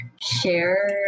share